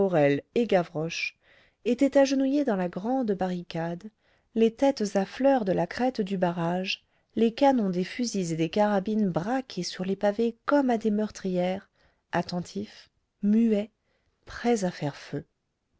et gavroche étaient agenouillés dans la grande barricade les têtes à fleur de la crête du barrage les canons des fusils et des carabines braqués sur les pavés comme à des meurtrières attentifs muets prêts à faire feu